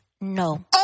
No